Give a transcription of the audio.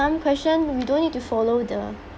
some question we don't need to follow the